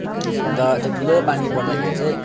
अन्त त्यो ठुलो पानी पर्दाखेरि चाहिँ